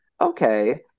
okay